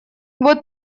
вот